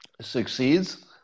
succeeds